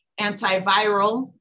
antiviral